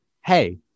Hey